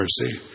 mercy